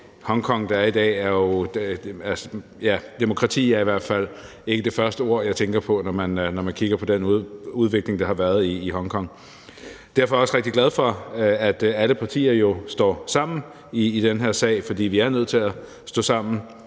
Hongkong, der er i dag, er demokrati i hvert fald ikke det første ord, jeg tænker på, når man kigger på den udvikling, der har været i Hongkong. Derfor er jeg også rigtig glad for, at alle partier står sammen i den her sag, for vi er nødt til at stå sammen,